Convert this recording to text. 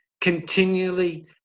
continually